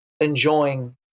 enjoying